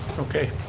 okay.